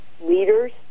leaders